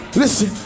listen